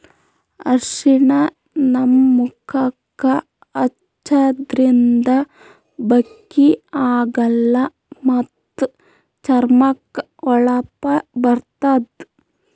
ಅರ್ಷಿಣ ನಮ್ ಮುಖಕ್ಕಾ ಹಚ್ಚದ್ರಿನ್ದ ಬಕ್ಕಿ ಆಗಲ್ಲ ಮತ್ತ್ ಚರ್ಮಕ್ಕ್ ಹೊಳಪ ಬರ್ತದ್